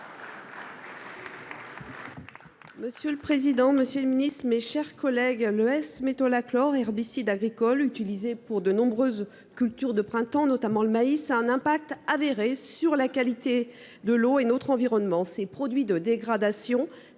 Monsieur le président, Monsieur le Ministre, mes chers collègues, le S-métolachlore, herbicides agricoles utilisés pour de nombreuses cultures de printemps, notamment le maïs a un impact avéré sur la qualité de l'eau et notre environnement ces produits de dégradation